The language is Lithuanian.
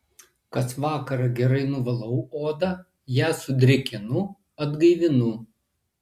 kas vakarą gerai nuvalau odą ją sudrėkinu atgaivinu